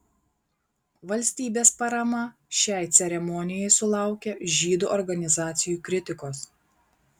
valstybės parama šiai ceremonijai sulaukė žydų organizacijų kritikos